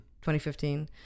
2015